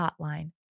Hotline